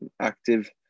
active